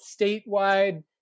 statewide